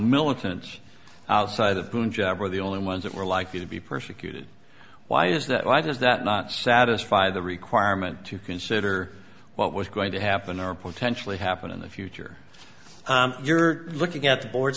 militants outside of jabber the only ones that were likely to be persecuted why is that why does that not satisfy the requirement to consider what was going to happen or potentially happen in the future you're looking at the board